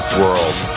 world